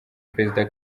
perezida